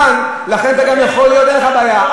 בסופו של דבר לא תוכל להתחמק מהעניין הזה.